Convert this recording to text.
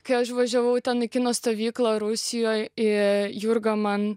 kai aš važiavau ten į kino stovyklą rusijoj ir jurga man